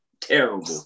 terrible